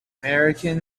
american